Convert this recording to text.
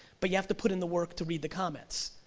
but you have to put in the work to read the comments.